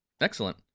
excellent